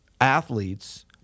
athletes